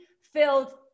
filled